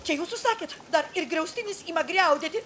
čia jūs užsakėt dar ir griaustinis ima griaudėti